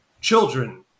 Children